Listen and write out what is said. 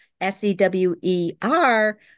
S-E-W-E-R